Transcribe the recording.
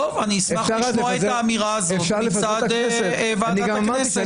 אני אשמח לשמוע את האמירה הזאת מצד ועדת הכנסת.